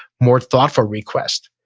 more thoughtful request.